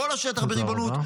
כל השטח בריבונות -- תודה רבה.